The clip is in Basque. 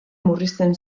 murrizten